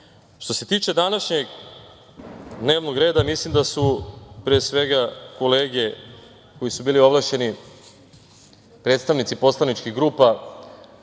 se tiče današnjeg dnevnog reda, mislim da su pre svega kolege koji su bili ovlašćeni predstavnici poslaničkih grupa